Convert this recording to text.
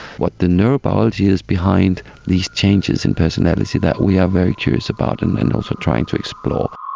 what the neurobiology is behind these changes in personality that we are very curious about and and also trying to explore.